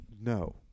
No